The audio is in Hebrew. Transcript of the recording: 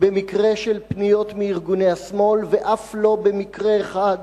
במקרה של פניות מארגוני השמאל, ואף לא במקרה אחד